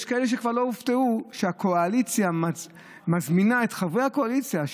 יש כאלה שכבר לא הופתעו שהקואליציה מזמינה את חברי הקואליציה,